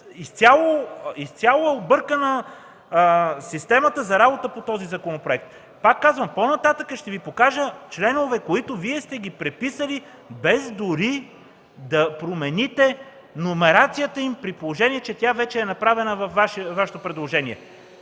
е професионално! Системата за работа по този законопроект е изцяло объркана. Пак казвам, по-нататък ще Ви покажа членове, които Вие сте преписали без дори да промените номерацията им, при положение че тя вече е направена във Вашето предложение.